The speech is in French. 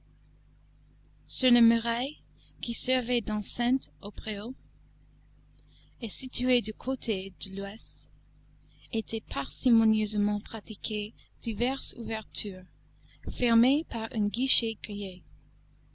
sur la muraille qui servait d'enceinte au préau et située du côté de l'ouest étaient parcimonieusement pratiquées diverses ouvertures fermées par un guichet